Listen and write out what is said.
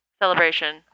celebration